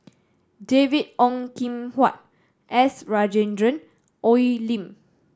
David Ong Kim Huat S Rajendran Oi Lin